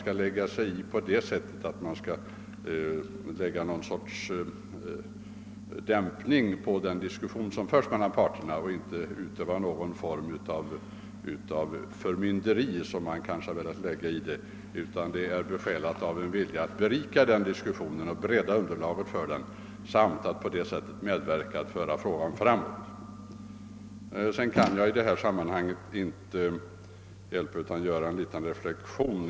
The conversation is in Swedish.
Det är inte meningen att på något sätt dämpa den diskussion som förs mellan parterna eller utöva någon form av förmynderi, som man kanske har velat tolka det. Vi är besjälade av en vilja att berika diskussionen och bredda underlaget för den och att på det sättet medverka till att föra frågan framåt. I detta sammanhang kan jag inte avstå från att göra en liten reflexion.